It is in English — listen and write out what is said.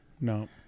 No